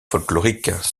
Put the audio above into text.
folkloriques